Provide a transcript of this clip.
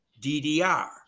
DDR